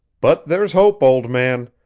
but there's hope, old man.